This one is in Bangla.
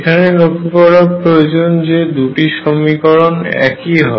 এখানে লক্ষ্য করা প্রয়োজন যে দুটি সমীকরণ একই হয়